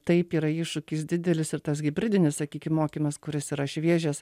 taip yra iššūkis didelis ir tas hibridinis sakykim mokymas kuris yra šviežias